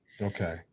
Okay